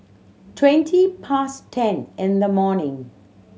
twenty past ten in the morning